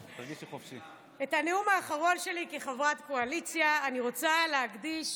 את הנאום האחרון שלי כחברת קואליציה אני רוצה להקדיש